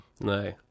No